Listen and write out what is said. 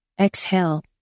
exhale